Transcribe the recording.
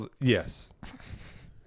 Yes